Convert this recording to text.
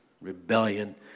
rebellion